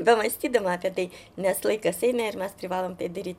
bemąstydama apie tai nes laikas eina ir mes privalom tai daryt